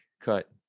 cut